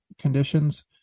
conditions